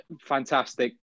fantastic